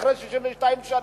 אחרי 62 שנה,